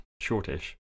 shortish